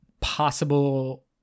possible